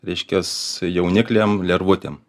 reiškias jauniklėm lervutėm